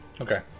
Okay